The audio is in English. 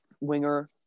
winger